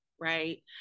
right